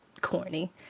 Corny